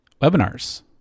webinars